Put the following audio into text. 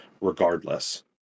regardless